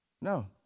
no